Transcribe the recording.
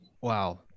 Wow